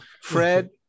Fred